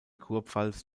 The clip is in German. kurpfalz